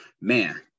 man